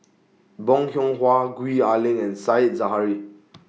Bong Hiong Hwa Gwee Ah Leng and Said Zahari